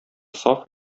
саф